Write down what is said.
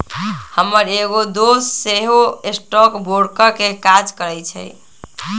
हमर एगो दोस सेहो स्टॉक ब्रोकर के काज करइ छइ